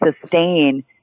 sustain